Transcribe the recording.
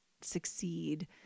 succeed